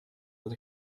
that